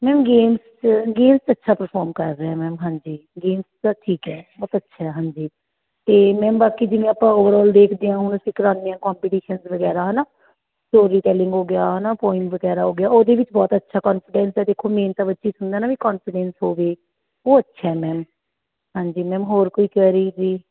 ma'am games 'ਚ ma'am games 'ਚ ਅੱਛਾ ਪਰਫੋਮ ਕਰ ਰਿਹਾ ਮੈਮ ਹਾਂਜੀ ਗੇਮਸ 'ਚ ਤਾਂ ਠੀਕ ਹੈ ਬਹੁਤ ਅੱਛਾ ਹਾਂਜੀ ਅਤੇ ਮੈਮ ਬਾਕੀ ਜਿਵੇਂ ਆਪਾਂ ਓਵਰਆਲ ਦੇਖਦੇ ਹਾਂ ਹੁਣ ਅਸੀਂ ਕਰਵਾਉਂਦੇ ਹਾਂ ਕੋਂਪੀਟੀਸ਼ਨ ਵਗੈਰਾ ਹੈ ਨਾ ਸਟੋਰੀ ਟੈਲਿੰਗ ਹੋ ਗਿਆ ਹੈ ਨਾ ਪੋਈਮ ਵਗੈਰਾ ਹੋਗਿਆ ਓਹਦੇ ਵਿੱਚ ਬਹੁਤ ਅੱਛਾ ਕੋਂਨਫੀਡੈਂਸ ਹੈ ਦੇਖੋ ਮੇਨ ਤਾਂ ਬੱਚੇ 'ਚ ਹੁੰਦਾ ਨਾ ਵੀ ਕੋਂਨਫੀਡੈਂਸ ਹੋਵੇ ਉਹ ਅੱਛਾ ਹੈ ਮੈਮ ਹਾਂਜੀ ਮੈਮ ਹੋਰ ਕੋਈ ਕੁਐਰੀ ਜੀ